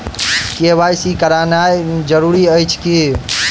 KYC करानाइ जरूरी अछि की?